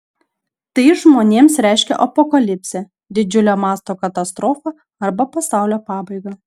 tai žmonėms reiškia apokalipsę didžiulio mąsto katastrofą arba pasaulio pabaigą